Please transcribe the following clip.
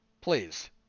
Please